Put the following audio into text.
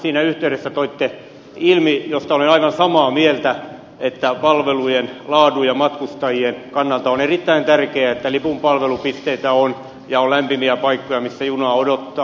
siinä yhteydessä toitte ilmi mistä olen aivan samaa mieltä että palvelujen laadun ja matkustajien kannalta on erittäin tärkeää että on lipunmyyntipalvelupisteitä ja on lämpimiä paikkoja missä junaa odottaa